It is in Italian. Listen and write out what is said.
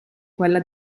quella